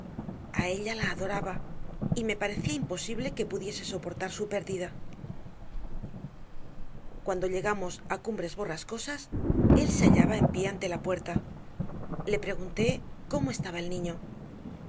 mismo a ella la adoraba y me parecía imposible que pudiese soportar su pérdida cuando llegamos a cumbres borrascosas él se hallaba en pie ante la puerta le pregunté cómo estaba el niño